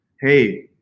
hey